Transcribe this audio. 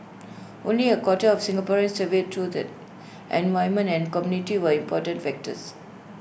only A quarter of Singaporeans surveyed thought that an environment and community were important factors